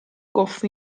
goffo